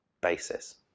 basis